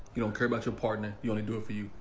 you don't care about your partner. you only do it for you.